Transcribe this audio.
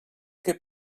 què